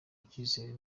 ikizere